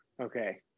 Okay